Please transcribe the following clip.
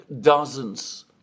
dozens